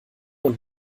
und